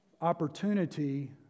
opportunity